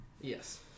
Yes